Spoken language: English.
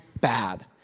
bad